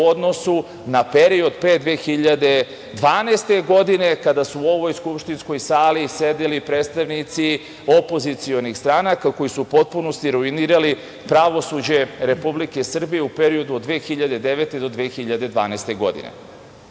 u odnosu na period pre 2012. godine kada su u ovoj skupštinskoj sali sedeli predstavnici opozicionih stranaka, koji su u potpunosti ruinirali pravosuđe Republike Srbije u periodu od 2009. godine